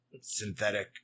Synthetic